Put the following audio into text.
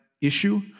issue